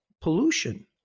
pollution